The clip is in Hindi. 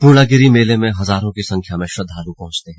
पूर्णागिरी मेले में हजारों की संख्या में श्रद्धालु पहुंचते हैं